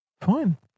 Fine